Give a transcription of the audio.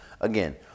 Again